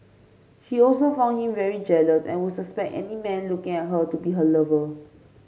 she also found him very jealous and would suspect any man looking at her to be her lover